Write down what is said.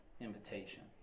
invitation